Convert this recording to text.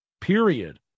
period